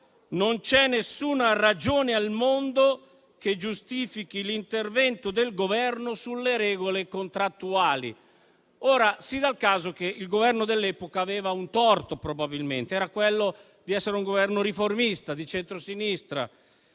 «non c'è alcuna ragione al mondo che giustifichi l'intervento del Governo sulle regole contrattuali». Ora si dà il caso che il Governo dell'epoca avesse un torto, probabilmente, quello di essere riformista e di centrosinistra,